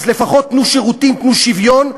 אז לפחות תנו שירותים, תנו שוויון,